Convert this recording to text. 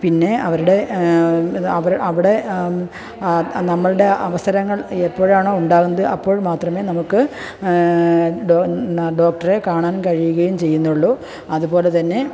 പിന്നെ അവരുടെ അവർ അവിടെ നമ്മളുടെ അവസരങ്ങൾ എപ്പോഴാണോ ഉണ്ടാകുന്നത് അപ്പോഴ് മാത്രമേ നമുക്ക് ഡോക്ടറെ കാണാൻ കഴിയുകയും ചെയ്യുന്നുള്ളൂ അതുപോലെത്തന്നെ